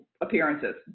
appearances